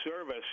service